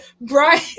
Brian